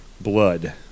blood